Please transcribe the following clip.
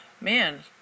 man